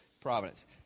providence